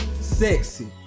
sexy